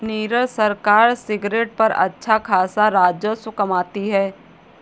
नीरज सरकार सिगरेट पर अच्छा खासा राजस्व कमाती है